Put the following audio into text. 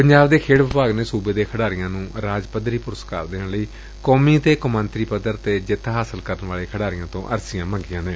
ਪੰਜਾਬ ਦੇ ਖੇਡ ਵਿਭਾਗ ਨੇ ਸੁਬੇ ਦੇ ਖਿਡਾਰੀਆਂ ਨੂੰ ਰਾਜ ਪੱਧਰੀ ਪੁਰਸਕਾਰ ਦੇਣ ਲਈ ਕੌਮੀ ਅਤੇ ਕੌਮਾਂਤਰੀ ਪੱਧਰ ਤੇ ਜਿੱਤ ਹਾਸਲ ਕਰਨ ਵਾਲੇ ਖਿਡਾਰੀਆਂ ਤੋਂ ਅਰਜ਼ੀਆਂ ਮੰਗੀਆਂ ਨੇ